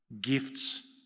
gifts